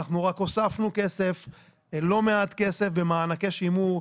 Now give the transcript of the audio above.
אנחנו הוספנו לא מעט כסף במענקי שימור,